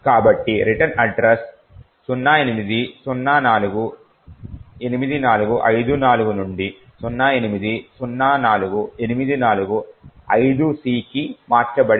కాబట్టి return address 08048454 నుండి 0804845Cకి మార్చబడినది